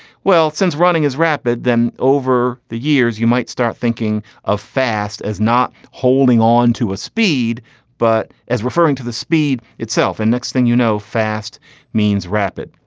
well since running is rapid. then over the years you might start thinking of fast as not holding on to a speed but as referring to the speed itself. and next thing you know fast means rapid.